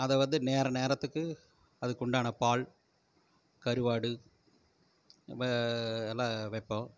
அதை வந்து நேரா நேரத்துக்கு அதுக்கு உண்டான பால் கருவாடு எல்லாம் வைப்போம்